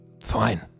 Fine